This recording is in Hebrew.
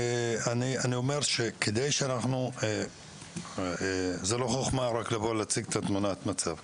אני אומר שזו לא חוכמה רק לבוא ולהציג את תמונת המצב,